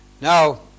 Now